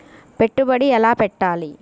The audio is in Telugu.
పెట్టుబడి ఎలా పెట్టాలి?